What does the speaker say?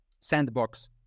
sandbox